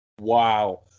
wow